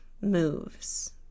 moves